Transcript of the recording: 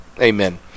amen